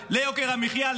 ליוקר המחיה,